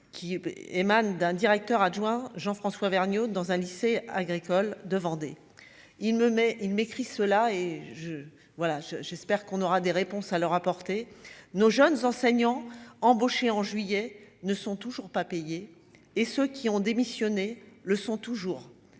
qui émane d'un directeur adjoint Jean François Vergnaud dans un lycée agricole de Vendée il me met il m'écrit cela et je voilà je j'espère qu'on aura des réponses à leur apporter nos jeunes enseignants embauchés en juillet ne sont toujours pas payés et ceux qui ont démissionné le sont toujours,